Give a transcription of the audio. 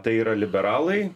tai yra liberalai